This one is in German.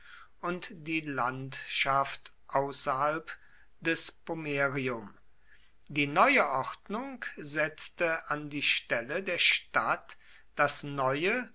und die landschaft außerhalb des pomerium die neue ordnung setzte an die stelle der stadt das neue